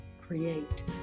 create